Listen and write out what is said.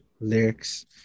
lyrics